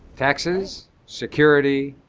taxes. security.